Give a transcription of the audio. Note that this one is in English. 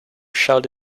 showed